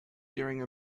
during